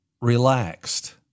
relaxed